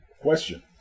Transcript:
question